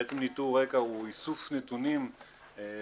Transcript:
בעצם ניטור רקע הוא איסוף נתונים פיזיקליים,